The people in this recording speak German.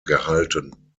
gehalten